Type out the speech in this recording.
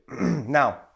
Now